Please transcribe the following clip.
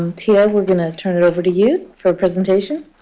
um tia, we're going to turn it over to you for a presentation.